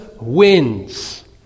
wins